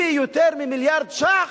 להוציא יותר ממיליארד שקלים.